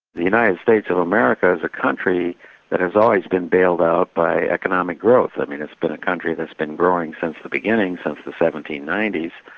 the united states of america is a country that has always been bailed out by economic growth. i mean, it's been a country that's been growing since the since the seventeen ninety s.